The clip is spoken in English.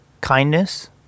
Kindness